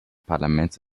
parlaments